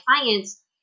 clients